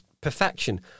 perfection